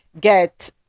get